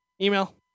Email